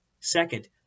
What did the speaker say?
Second